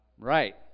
Right